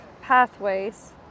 pathways